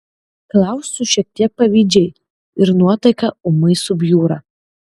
klausiu šiek tiek pavydžiai ir nuotaika ūmai subjūra